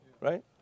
right